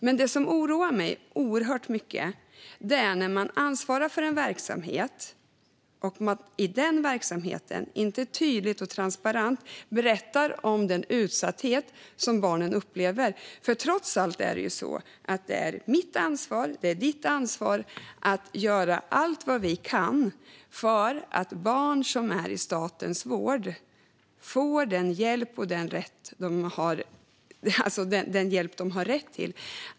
Men det som oroar mig oerhört mycket är när man ansvarar för en verksamhet och i den verksamheten inte tydligt och transparent berättar om den utsatthet som barnen upplever. Trots allt är det ju så att det är mitt och ledamotens ansvar att göra allt vi kan för att barn som är i statens vård ska få den hjälp de har rätt till.